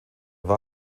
war